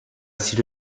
sito